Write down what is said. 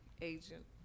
agent